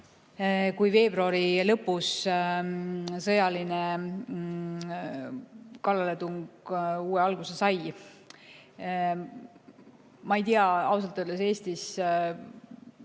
kui veebruari lõpus sõjaline kallaletung uue alguse sai. Ma ei tea ausalt öeldes Eestis